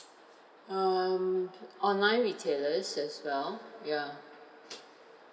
um online retailers as well yeah